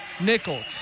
Nichols